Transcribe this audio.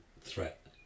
threat